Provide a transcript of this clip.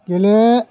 गेले